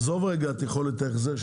עזוב רגע את יכולת ההחזר,